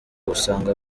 usanga